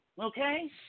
Okay